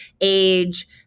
age